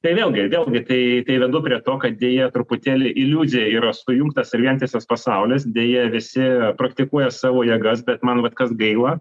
tai vėlgi vėlgi tai tai vedu prie to kad deja truputėlį iliuzija yra sujungtas ir vientisas pasaulis deja visi praktikuoja savo jėgas bet man vat kas gaila